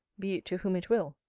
be it to whom it will.